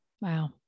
Wow